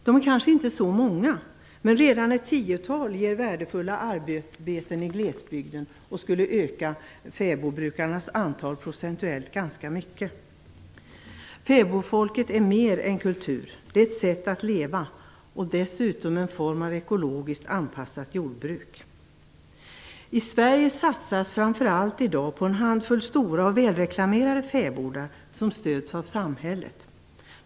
Det är kanske inte så många, men redan ett tiotal innebär värdefulla arbeten i glesbygden och skulle öka fäbodbrukarnas antal procentuellt ganska mycket. Fäbodfolket är mer än kultur. Det är ett sätt att leva och dessutom är fäbodbruk en form av ekologiskt anpassat jordbruk. I Sverige satsas det i dag framför allt på en handfull stora och välrenommerade fäbodar som stöds av samhället.